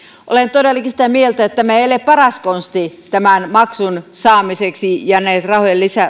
olen todellakin sitä mieltä että tämä ei ole paras konsti tämän maksun saamiseksi ja rahojen